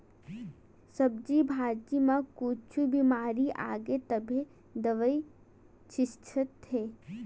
सब्जी भाजी म कुछु बिमारी आगे तभे दवई छितत हे